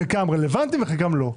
חלקם רלוונטיים וחלקם לא רלוונטיים.